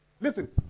Listen